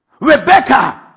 Rebecca